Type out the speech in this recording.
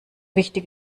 wichtig